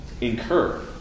incur